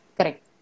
Correct